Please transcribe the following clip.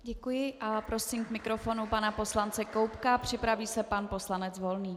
Děkuji a prosím k mikrofonu pana poslance Koubka, připraví se pan poslanec Volný.